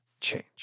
change